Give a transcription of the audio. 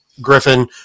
Griffin